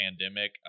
pandemic